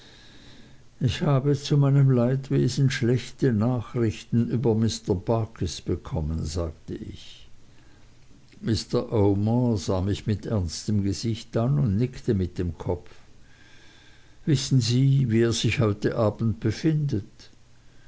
ich habe zu meinem leidwesen schlechte nachrichten über mr barkis bekommen sagte ich mr omer sah mich mit ernstem gesicht an und nickte mit dem kopf wissen sie wie er sich heute abends befindet